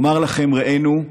נאמר לכם: רעינו,